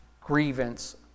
grievance